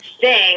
sing